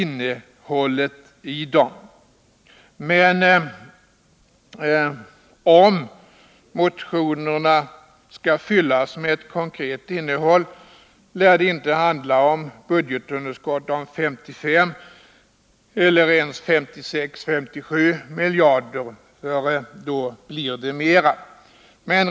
Men om förslagen i motionerna skall konkret genomföras, lär det inte bli fråga om budgetun derskott om 55, 56 eller 57 miljarder utan det blir ett ännu högre underskott.